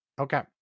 Okay